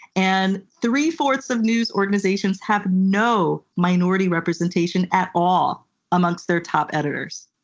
and three-fourths of news organizations have no minority representation at all amongst their top editors.